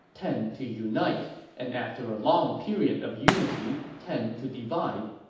tend to unite and after a long period of unity, tend to divide.